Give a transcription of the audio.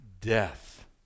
death